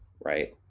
right